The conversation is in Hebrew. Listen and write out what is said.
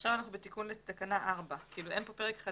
אנחנו בתיקון תקנה 4. אין כאן פר חדש,